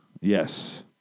Yes